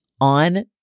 on